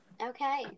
Okay